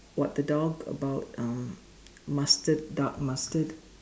what the dog about uh mustard dark mustard